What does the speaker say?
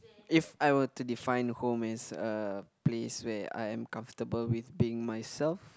if I were to define home is a place where I am comfortable with being myself